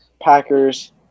Packers